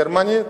גרמנית,